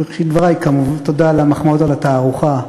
בראשית דברי, תודה על המחמאות על התערוכה.